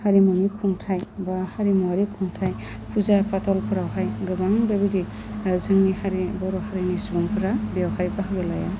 हारिमुनि खुंथाइ बा हारिमुवारि खुंथाइ फुजा फाथालफ्रावहाय गोबां बेबायदि जोंनि हारि बर' हारिनि सुबुंफ्रा बेवहाय बाहागो लाया